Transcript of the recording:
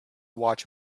watch